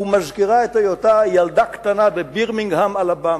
ומזכירה את היותה ילדה קטנה בבירמינגהם אלבאמה.